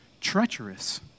Treacherous